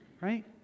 Right